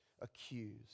accused